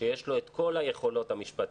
ויש לו את כל היכולות המשפטיות,